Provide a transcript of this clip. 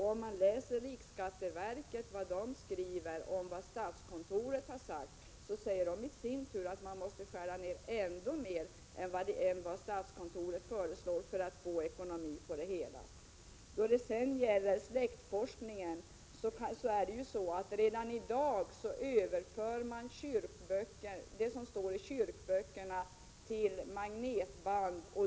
Om man läser vad riksskatteverket skriver om vad statskontoret har sagt finner man att det i sin tur säger att man måste skära ned ännu mera än vad statskontoret föreslår, för att få ekonomisk balans på det hela. När det gäller släktforskningen överför man redan i dag det som står i kyrkoböckerna till magnetband.